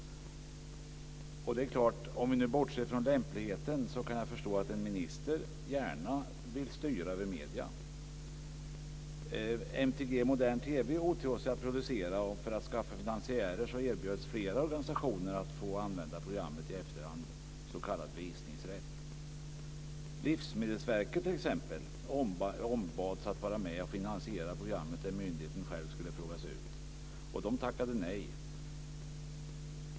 Om vi bortser från lämpligheten i det kan jag förstå att en minister gärna vill styra över medierna. MTG Modern TV åtog sig att producera, och för att skaffa finansiärer erbjöds flera organisationer att få använda programmet i efterhand - s.k. visningsrätt. Livsmedelsverket, t.ex., ombads att vara med och finansiera programmet där myndigheten själv skulle frågas ut. De tackade nej.